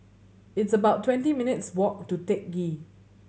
it's about twenty minutes' walk to Teck Ghee